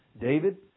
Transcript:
David